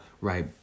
right